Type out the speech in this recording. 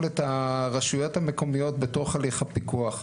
את הרשויות המקומיות בתוך הליך הפיקוח.